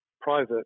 private